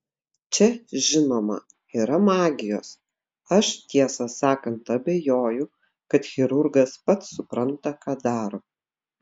čia žinoma yra magijos aš tiesą sakant abejoju kad chirurgas pats supranta ką daro